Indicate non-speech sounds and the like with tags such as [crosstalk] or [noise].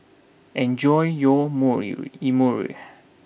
enjoy your [unintelligible] Imoni